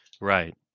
Right